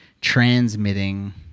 transmitting